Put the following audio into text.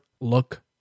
look